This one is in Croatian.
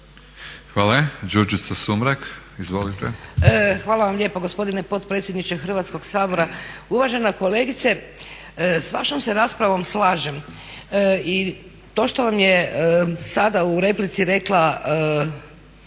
Hvala vam lijepo gospodine potpredsjedniče Hrvatskog sabora. Uvažena kolegice s vašom se raspravom slažem i to što vam je sada u replici rekla